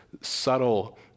subtle